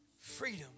Freedom